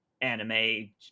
anime